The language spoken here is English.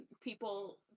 people